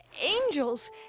Angels